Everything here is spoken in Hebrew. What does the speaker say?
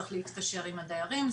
צריך להתקשר עם הדיירים.